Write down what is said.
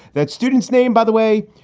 that student's name, by the way,